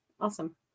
Awesome